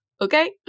Okay